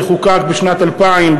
שחוקק בשנת 2000,